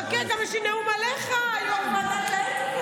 חכה, יש לי נאום גם עליך, יו"ר ועדת האתיקה,